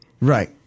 Right